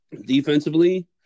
Defensively